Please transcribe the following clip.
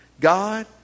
God